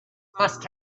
must